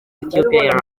ethiopian